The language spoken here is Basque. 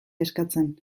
eskatzen